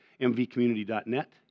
mvcommunity.net